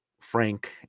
frank